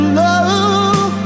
love